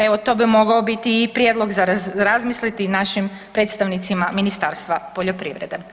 Evo to bi mogao biti i prijedlog za razmisliti našim predstavnicima Ministarstva poljoprivrede.